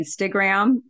Instagram